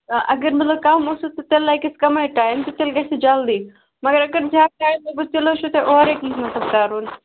اگر مطلب کَم اوسُس تہٕ تیٚلہِ لَگٮ۪س کَمٕے ٹایم تہٕ تیٚلہِ گَژھِ یہِ جلدٕے وۅنۍ اگر زیادٕ ٹایم لوٚگُس تیٚلہِ حظ چھُ اورے کیٚنٛہہ مطلب کَرُن